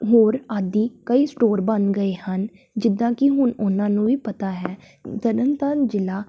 ਹੋਰ ਆਦਿ ਕਈ ਸਟੋਰ ਬਣ ਗਏ ਹਨ ਜਿੱਦਾਂ ਕਿ ਹੁਣ ਉਹਨਾਂ ਨੂੰ ਵੀ ਪਤਾ ਹੈ ਤਰਨ ਤਾਰਨ ਜ਼ਿਲ੍ਹਾ